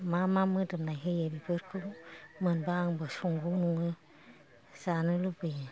मा मा मोदोमनाय होयो बेफोरखौ मोनबा आंबो संगौ नङो जानो लुगैयो